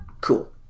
cool